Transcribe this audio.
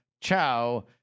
ciao